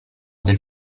del